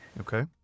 Okay